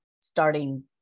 starting